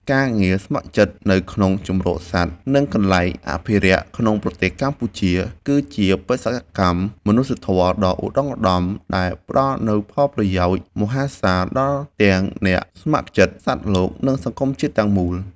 ការងារស្ម័គ្រចិត្តនៅក្នុងជម្រកសត្វ និងកន្លែងអភិរក្សក្នុងប្រទេសកម្ពុជា គឺជាបេសកកម្មមនុស្សធម៌ដ៏ឧត្តុង្គឧត្តមដែលផ្តល់នូវផលប្រយោជន៍មហាសាលដល់ទាំងអ្នកស្ម័គ្រចិត្ត សត្វលោក និងសង្គមជាតិទាំងមូល។